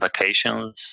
vacations